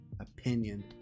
opinion